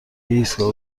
ایستگاه